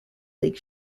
lake